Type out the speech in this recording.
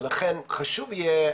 ולכן חשוב יהיה,